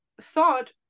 thought